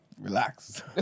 Relax